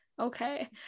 Okay